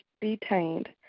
detained